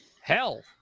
hell